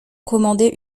commandait